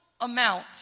amount